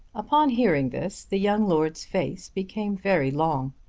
upon hearing this the young lord's face became very long.